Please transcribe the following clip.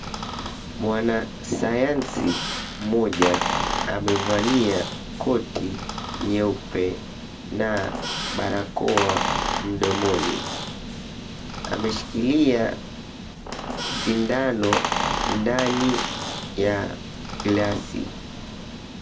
Mwana sayansi mmoja amevalia koti nyeupe na barakoa mdomoni , ameshikilia sindano ndani ya glasi.